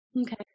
Okay